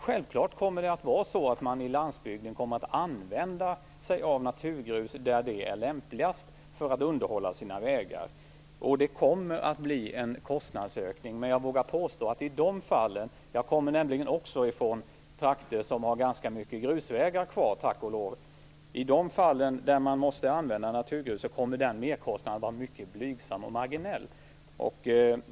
Självklart kommer man på landsbygden att använda sig av naturgrus för att underhålla sina vägar där det är lämpligast. Det kommer att bli en kostnadsökning, men jag vågar påstå - jag kommer nämligen också från trakter som har ganska mycket grusvägar kvar, tack och lov - att i de fall där man måste använda naturgrus kommer den merkostnaden att vara mycket blygsam och marginell.